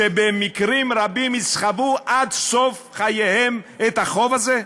שבמקרים רבים יסחבו עד סוף חייהם את החוב הזה?